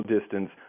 distance